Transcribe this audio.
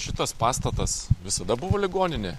šitas pastatas visada buvo ligoninė